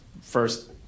first